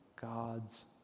God's